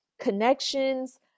connections